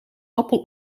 appel